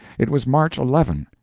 it was march eleven,